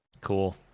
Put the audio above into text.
Cool